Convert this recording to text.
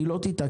היא לא תתעקש.